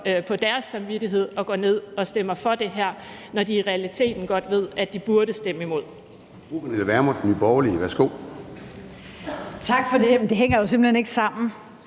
på deres samvittighed og går ned og stemmer for det her, når de i realiteten godt ved, at de burde stemme imod.